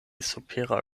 supera